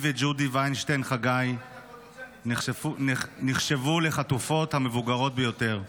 היא וג'ודי וינשטיין חגי נחשבו לחטופות המבוגרות ביותר.